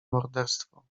morderstwo